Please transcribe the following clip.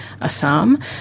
Assam